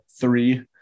three